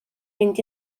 fynd